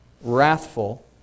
wrathful